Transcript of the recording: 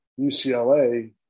UCLA